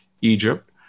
Egypt